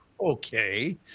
Okay